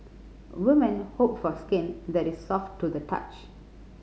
women hope for skin that is soft to the touch